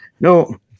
No